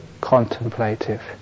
contemplative